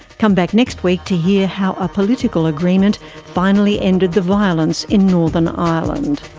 come back next week to hear how a political agreement finally ended the violence in northern ireland.